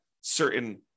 certain